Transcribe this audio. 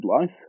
life